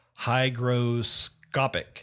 Hygroscopic